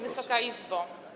Wysoka Izbo!